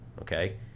Okay